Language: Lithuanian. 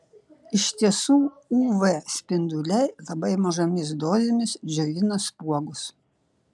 iš tiesų uv spinduliai labai mažomis dozėmis džiovina spuogus